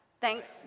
Thanks